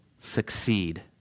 succeed